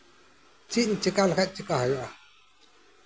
ᱪᱮᱫ ᱤᱧ ᱪᱤᱠᱟ ᱞᱮᱠᱷᱟᱡ ᱪᱤᱠᱟ ᱦᱩᱭᱩᱜᱼᱟ